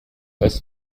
weiß